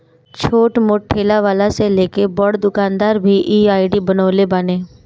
छोट मोट ठेला वाला से लेके बड़ दुकानदार भी इ आई.डी बनवले बाने